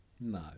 No